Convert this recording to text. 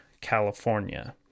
California